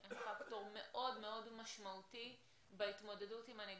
הם פקטור מאוד מאוד משמעותי בהתמודדות עם הנגיף,